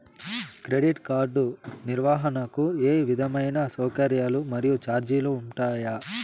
Credit card నిర్వహణకు ఏ విధమైన సౌకర్యాలు మరియు చార్జీలు ఉంటాయా?